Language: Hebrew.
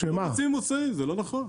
להוציא ממוצעים, זה לא נכון.